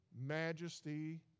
majesty